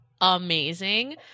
amazing